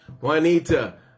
Juanita